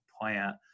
plant